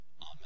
Amen